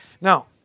Now